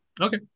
Okay